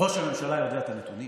ראש הממשלה יודע את הנתונים,